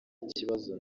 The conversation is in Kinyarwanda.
ikibazo